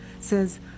says